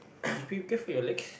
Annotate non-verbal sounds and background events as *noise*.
*coughs* be careful your legs